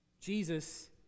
Jesus